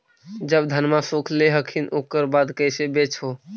जब धनमा सुख ले हखिन उकर बाद कैसे बेच हो?